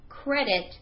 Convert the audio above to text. credit